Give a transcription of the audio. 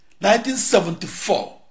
1974